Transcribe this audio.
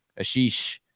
Ashish